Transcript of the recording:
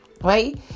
right